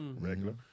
regular